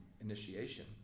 initiation